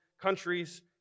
Countries